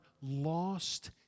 lost